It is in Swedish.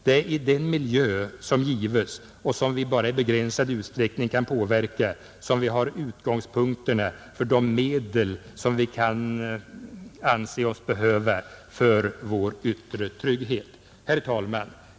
Det är i den miljö som gives och som vi bara i begränsad utsträckning kan påverka som vi har utgångspunkterna för de medel som vi kan anse oss behöva för vår yttre trygghet. Herr talman!